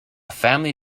family